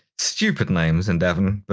stupid names in devon, but